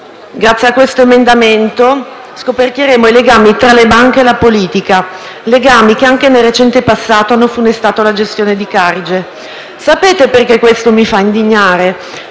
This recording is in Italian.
grazie a questo emendamento, scoperchieremo i legami tra le banche e la politica; legami che, anche nel recente passato, hanno funestato la gestione di Carige. Sapete perché questo mi fa indignare?